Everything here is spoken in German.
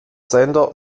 sender